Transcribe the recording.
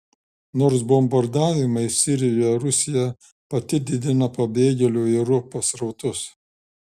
nors bombardavimais sirijoje rusija pati didina pabėgėlių į europą srautus